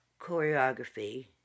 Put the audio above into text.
choreography